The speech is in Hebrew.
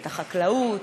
את החקלאות,